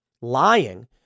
lying